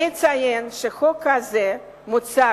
אני אציין שהחוק הזה הוצג